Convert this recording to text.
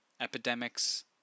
Epidemics